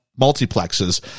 multiplexes